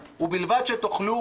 ובלבד שתוכלו